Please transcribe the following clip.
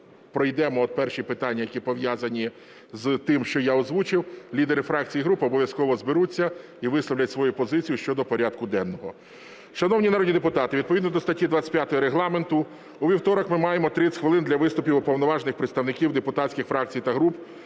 пройдемо от перші питання, які пов'язані з тим, що я озвучив, лідери фракцій і груп обов'язково зберуться і висловлять свою позицію щодо порядку денного. Шановні народні депутати, відповідно до статті 25 Регламенту у вівторок ми маємо 30 хвилин для виступів уповноважених представників депутатських фракцій та груп